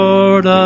Lord